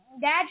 Dad